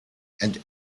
and